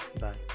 Bye